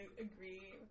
agree